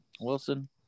Wilson